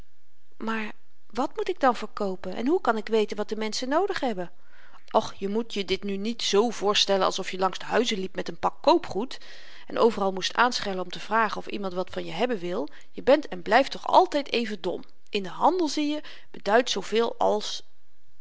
maar wàt moet ik dan verkoopen en hoe kan ik weten wat de menschen noodig hebben och je moet je dit nu niet z voorstellen alsof je langs de huizen liep met n pak koopgoed en overal moest aanschellen om te vragen of iemand wat van je hebben wil je bent en blyft toch altyd even dom in den handel zieje beduidt zooveel als